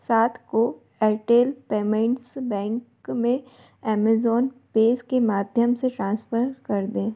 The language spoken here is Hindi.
सात को एयरटेल पेमेंट्स बैंक में एमेजौन पे के माध्यम से ट्रांसफ़र कर दें